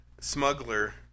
smuggler